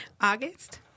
August